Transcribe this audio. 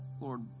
Lord